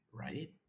right